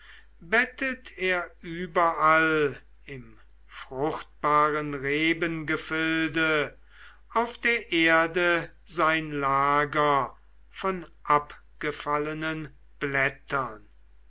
bettet er überall im fruchtbaren rebengefilde auf der erde sein lager von abgefallenen blättern